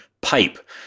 pipe